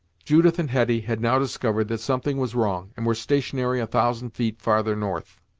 judith and hetty had now discovered that something was wrong, and were stationary a thousand feet farther north.